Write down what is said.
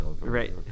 Right